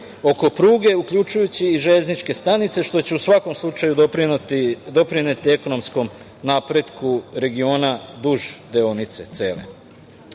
oko pruge, uključujući i železničke stanice, što će u svakom slučaju doprineti ekonomskom napretku regiona duž deonice